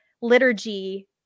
liturgy